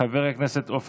חבר הכנסת מנסור עבאס,